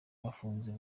bafunze